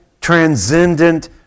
transcendent